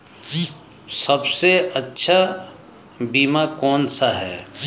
सबसे अच्छा बीमा कौन सा है?